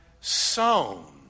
sown